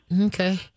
Okay